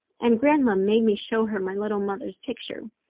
and grandma made me show her my little mother's picture.